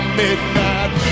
midnight